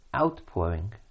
outpouring